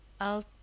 I'll